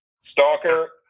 Stalker